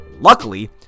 Luckily